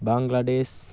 Bangladesh